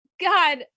God